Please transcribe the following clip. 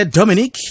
Dominic